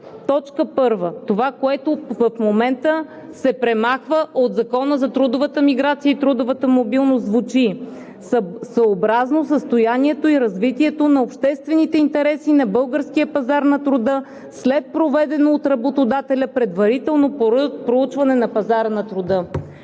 гражданство.“ Това, което се премахва в момента от Закона за трудовата миграция и трудовата мобилност, звучи така: „Съобразно състоянието и развитието на обществените интереси на българския пазар на труда след проведено от работодателя предварително проучване на пазара на труда.“